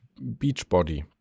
Beachbody